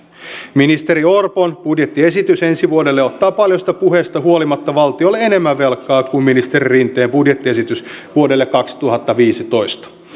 ministeri orpon budjettiesitys ensi vuodelle ottaa paljosta puheesta huolimatta valtiolle enemmän velkaa kuin ministeri rinteen budjettiesitys vuodelle kaksituhattaviisitoista